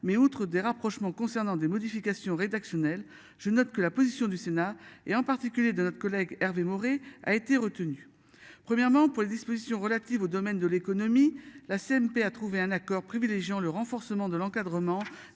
mais outre des rapprochements concernant des modifications rédactionnelles. Je note que la position du Sénat et en particulier de notre collègue Hervé Maurey a été retenu, premièrement pour les dispositions relatives au domaine de l'économie. La CMP a trouvé un accord privilégiant le renforcement de l'encadrement